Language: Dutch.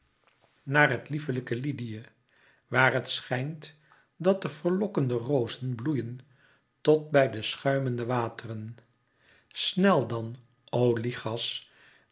naar het lieflijke lydië waar het schijnt dat de verlokkende rozen bloeien tot bij de schuimende wateren snel dan o